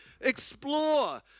explore